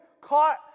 caught